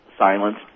Silence